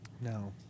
No